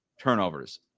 turnovers